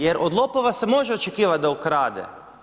Jer od lopova se može očekivati da ukrade.